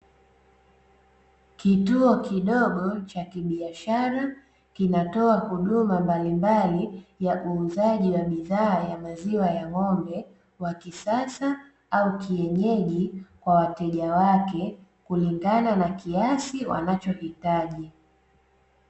Kituo kidogo cha kibiashara kinatoa huduma mbalimbali ya uuzaji wa bidha ya maziwa ya ng'ombe wa kisasa au kienyeji kwa wateja wake kulingana na kiasi wanachohitaji.